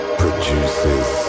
produces